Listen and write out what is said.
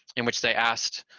in which they asked